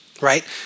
right